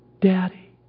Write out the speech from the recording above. Daddy